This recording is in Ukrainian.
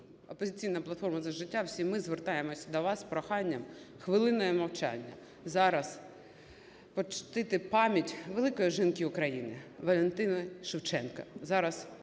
"Опозиційна платформа – За життя", всі ми звертаємося до вас з проханням хвилиною мовчання зараз почтити пам'ять великої жінки України Валентини Шевченко,